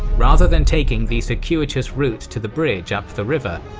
rather than taking the circuitous route to the bridge up the river,